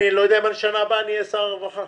לא יודע אם בשנה הבאה אני אהיה שר הרווחה,